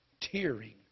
tearing